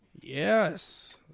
Yes